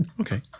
Okay